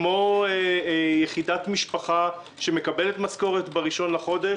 כמו יחידת משפחה שמקבלת משכורת ב-1 בחודש